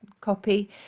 copy